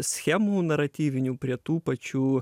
schemų naratyvinių prie tų pačių